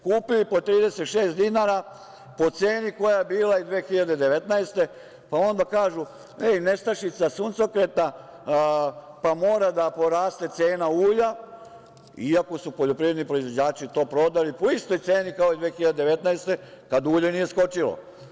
Kupili po 36 dinara, cena koja je bila 2019. godine, pa onda kažu – nestašica suncokreta, pa mora da poraste cena ulja, iako su poljoprivredni proizvođači to prodali po istoj ceni kao i 2019. godine kada ulje nije skočilo.